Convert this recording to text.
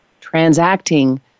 transacting